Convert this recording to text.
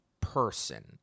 person